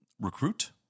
recruit